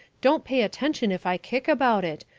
don't pay attention if i kick about it,